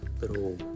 Little